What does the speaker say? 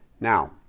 Now